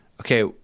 okay